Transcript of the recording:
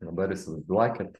dabar įsivaizduokit